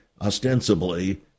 ostensibly